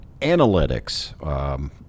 Analytics